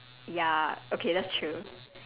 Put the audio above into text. ya okay that's true